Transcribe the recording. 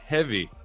Heavy